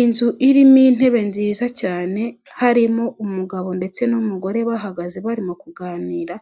Inzu irimo intebe nziza cyane, harimo umugabo ndetse n'umugore bahagaze barimo kuganira,